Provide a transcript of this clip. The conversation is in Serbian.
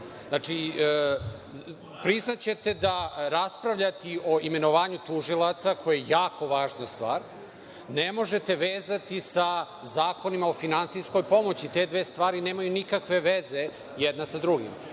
Znači, priznaćete da raspravljati o imenovanju tužilaca, koje je jako važna stvar, ne možete vezati sa zakonima o finansijskoj pomoći. Te dve stvari nemaju nikakve veze jedna sa drugom.